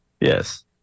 Yes